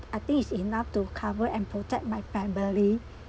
I think is enough to cover and protect my family